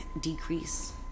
decrease